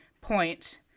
point